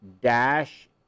dash